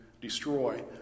destroy